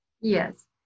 Yes